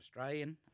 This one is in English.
Australian